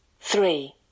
Three